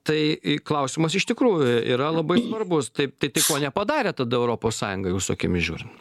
tai klausimas iš tikrųjų yra labai svarbus taip tai tai ko nepadarė tada europos sąjunga jūsų akimis žiūrin